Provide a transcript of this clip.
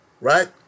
Right